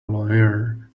lawyer